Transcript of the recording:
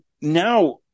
now